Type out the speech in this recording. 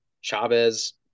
Chavez